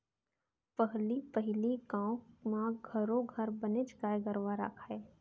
पहली पहिली गाँव म घरो घर बनेच गाय गरूवा राखयँ